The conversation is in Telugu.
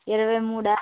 ఇరవై మూడా